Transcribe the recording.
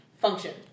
function